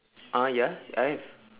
ah ya I have